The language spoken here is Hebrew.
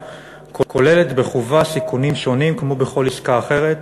כוללת בחובה סיכונים שונים כמו בכל עסקה אחרת,